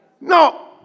No